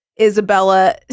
Isabella